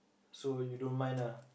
so you don't mind ah